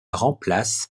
remplace